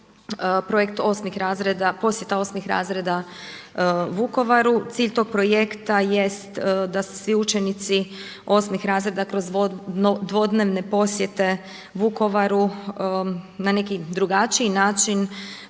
projekt posjete 8 razreda Vukovaru. Cilj tog projekta jeste da se svi učenici 8 razreda kroz dvodnevne posjete Vukovaru na neki drugačiji način